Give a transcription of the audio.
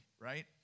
right